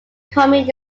becoming